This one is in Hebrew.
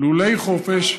לולי חופש,